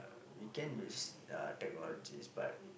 uh we can use uh technologies but